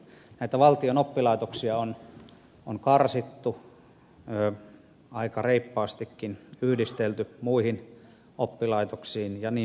näitä valtion oppilaitoksia on karsittu aika reippaastikin yhdistelty muihin oppilaitoksiin